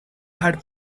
had